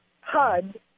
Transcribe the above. HUD